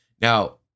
Now